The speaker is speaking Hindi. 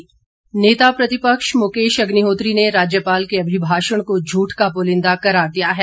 मुकेश अग्निहोत्री नेता प्रतिपक्ष मुकेश अग्निहोत्री ने राज्यपाल के अभिभाषण को झूठ का पुलिंदा करार दिया है